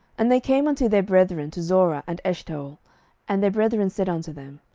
and they came unto their brethren to zorah and eshtaol and their brethren said unto them,